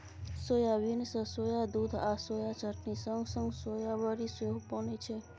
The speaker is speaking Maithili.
सोयाबीन सँ सोया दुध आ सोया चटनी संग संग सोया बरी सेहो बनै छै